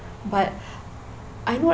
but I know